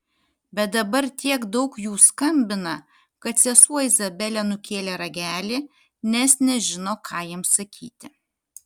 bet dabar tiek daug jų skambina kad sesuo izabelė nukėlė ragelį nes nežino ką jiems sakyti